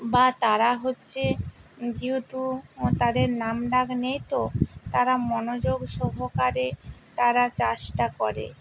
বা তারা হচ্ছে যেহেতু তাদের নাম ডাক নেই তো তারা মনোযোগ সহকারে তারা চাষটা করে